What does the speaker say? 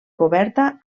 coberta